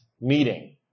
meeting